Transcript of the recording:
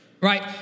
right